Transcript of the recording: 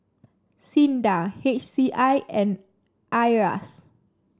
SINDA H C I and Iras